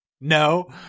no